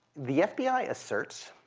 the fbi asserts